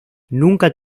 nunca